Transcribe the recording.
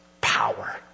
power